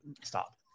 stop